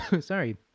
sorry